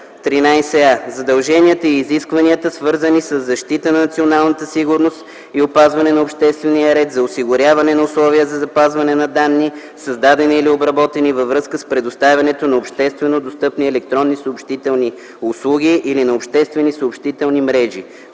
“13а. задълженията и изискванията, свързани със защита на националната сигурност и опазване на обществения ред, за осигуряване на условия за запазване на данни, създадени или обработени, във връзка с предоставянето на обществено достъпни електронни съобщителни услуги или на обществени съобщителни мрежи.”